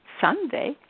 Sunday